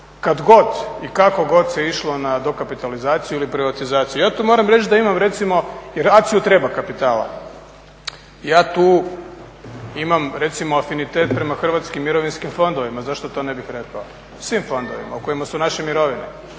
Kad god i kako god se išlo na dokapitalizaciju ili privatizaciju. Ja tu moram reći da imam recimo, jer ACI-ju treba kapitala, ja tu imam recimo afinitet prema hrvatskim mirovinskim fondovima. Zašto to ne bih rekao? Svim fondovima u kojima su naše mirovine.